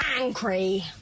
angry